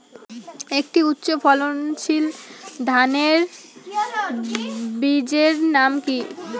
একটি উচ্চ ফলনশীল ধানের বীজের নাম কী?